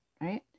Right